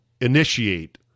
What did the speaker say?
initiate